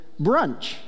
brunch